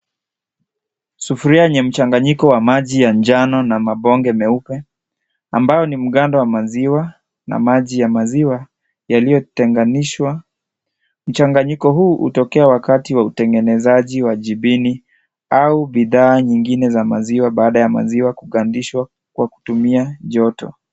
Sufuria yenye mchanganyiko wa maji ya njano na mabonge meupe ambayo ni mgando wa maziwa na maji ya maziwa yaliotenganishwa. Mchanganyiko huu hutokea wakati wa utengenezaji wa jibini au bidhaa nyingine za maziwa baada ya maziwa kugandishwa kwa kutumia joto.